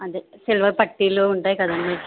అదే సిల్వర్ పట్టిలు ఉంటాయి కదండీ